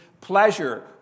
pleasure